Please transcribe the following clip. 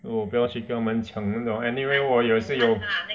我不要去跟他们抢那个 anyway 我也是有